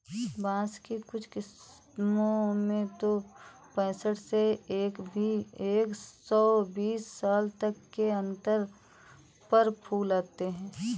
बाँस की कुछ किस्मों में तो पैंसठ से एक सौ बीस साल तक के अंतर पर फूल आते हैं